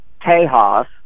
Tejas